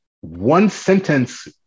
one-sentence